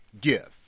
gift